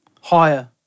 higher